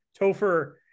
Topher